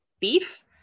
Beef